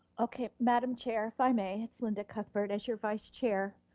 okay, madam chair, if i may. it's linda cuthbert as your vice-chair.